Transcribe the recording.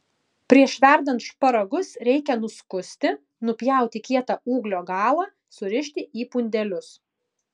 prieš verdant šparagus reikia nuskusti nupjauti kietą ūglio galą surišti į pundelius